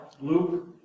Luke